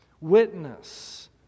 witness